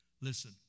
Listen